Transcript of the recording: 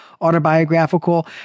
autobiographical